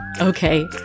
Okay